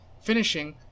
finishing